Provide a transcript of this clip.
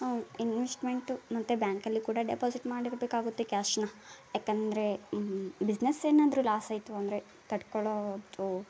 investment ಮತ್ತು ಬ್ಯಾಂಕಲ್ಲಿ ಕೂಡ ಡೆಪಾಸಿಟ್ ಮಾಡಿರಬೇಕಾಗುತ್ತೆ ಕ್ಯಾಶನ್ನ ಯಾಕಂದರೆ ಬಿಸ್ನೆಸ್ ಏನಾದರೂ ಲಾಸ್ ಆಯಿತು ಅಂದರೆ ತಡ್ಕೊಳ್ಳೋದು